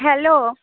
hello